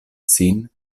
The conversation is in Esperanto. sin